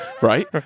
right